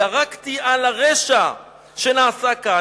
ירקתי על הרשע שנעשה כאן,